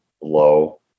low